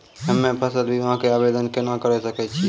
हम्मे फसल बीमा के आवदेन केना करे सकय छियै?